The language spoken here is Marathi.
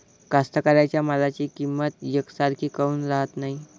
कास्तकाराइच्या मालाची किंमत यकसारखी काऊन राहत नाई?